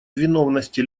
виновности